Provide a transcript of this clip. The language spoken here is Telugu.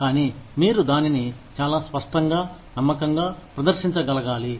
కానీ మీరు దానిని చాలా స్పష్టంగా నమ్మకంగా ప్రదర్శించగలగాలి